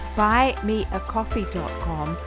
buymeacoffee.com